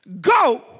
Go